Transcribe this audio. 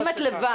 אם את לבד.